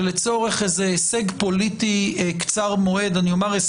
שלצורך איזה הישג פוליטי, במירכאות,